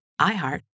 iHeart